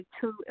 two